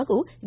ಹಾಗೂ ವಿ